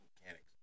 mechanics